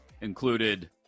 Included